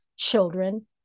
children